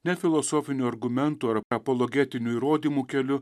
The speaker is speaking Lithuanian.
ne filosofinių argumentų ar apologetinių įrodymų keliu